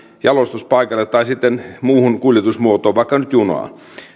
jalostuspaikalle tai sitten muuhun kuljetusmuotoon vaikka nyt junaan